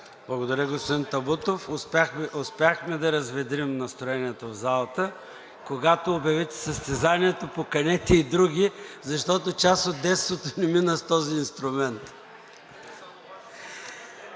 Благодаря, господин Табутов. Успяхме да разведрим настроението в залата. Когато обявите състезанието, поканете и други, защото част от детството ми мина с този инструмент.